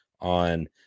on